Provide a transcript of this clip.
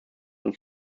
und